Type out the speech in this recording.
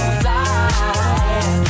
fly